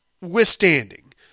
withstanding